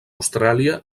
austràlia